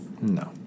No